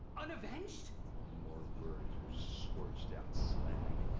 unavenged? one more word, you scorched out slag.